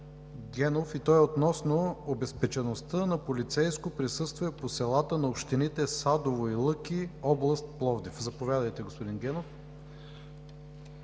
Генов относно обезпечеността на полицейско присъствие по селата на общините Садово и Лъки, област Пловдив. Заповядайте, господин Генов.